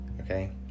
Okay